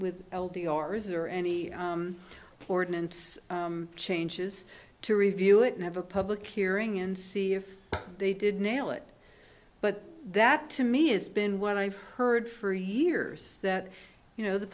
with l d r's or any porton and changes to review it and have a public hearing and see if they did nail it but that to me is been what i've heard for years that you know the